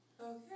Okay